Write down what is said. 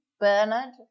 bernard